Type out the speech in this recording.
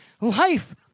life